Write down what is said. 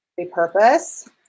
repurpose